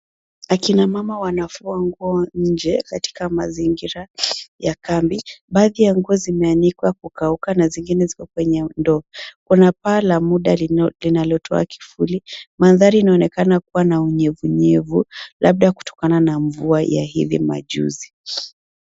Akina mama wanafua nguo nje katika mazingira ya kambi, baadhi ya nguo zimeanikwa kukauka na zingine ziko kwenye ndoo. Kuna paa la muda linalotoa kivuli. Mandhari inaonekana kuwa na unyevunyevu, labda kutokana na mvua ya hivi majuzi.